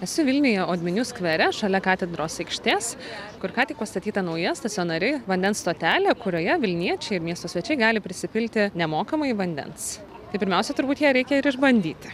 esu vilniuje odminių skvere šalia katedros aikštės kur ką tik pastatyta nauja stacionari vandens stotelė kurioje vilniečiai ir miesto svečiai gali prisipilti nemokamai vandens tai pirmiausia turbūt ją reikia ir išbandyti